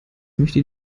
möchte